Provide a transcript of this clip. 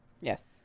Yes